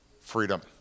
freedom